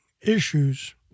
issues